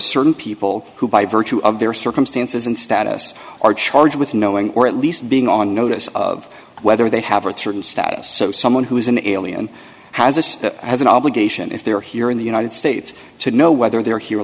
certain people who by virtue of their circumstances and status are charged with knowing or at least being on notice of whether they have a certain status so someone who is an alien has has an obligation if they are here in the united states to know whether they're here